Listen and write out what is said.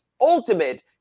ultimate